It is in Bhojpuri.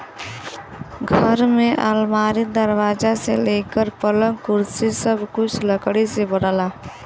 घर में अलमारी, दरवाजा से लेके पलंग, कुर्सी सब कुछ लकड़ी से बनला